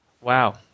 Wow